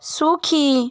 সুখী